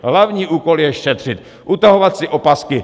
Hlavní úkol je šetřit, utahovat si opasky.